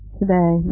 today